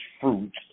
fruits